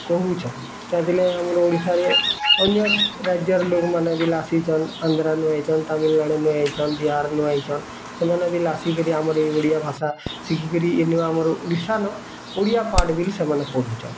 କହୁଛନ୍ ତ ଏଥିଲାଗି ଆମର ଓଡ଼ିଶାରେ ଅନ୍ୟ ରାଜ୍ୟର ଲୋକମାନେ ବିଲା ଆସିଛନ୍ ଆନ୍ଧ୍ରାନୁ ଆଇଛନ୍ ତାମିଲନାଡ଼ୁ ନେ ଆଇଛନ୍ ବିହାରନୁ ଆଇଛନ୍ ସେମାନେ ବି ଲେ ଆସିକିରି ଆମର ଏଇ ଓଡ଼ିଆ ଭାଷା ଶିଖିକରି ଏନୁ ଆମର ଓଡ଼ିଶା ନ ଓଡ଼ିଆ ପାଠ୍ ବିଲି ସେମାନେ ପଢ଼ୁଛନ୍